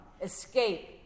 escape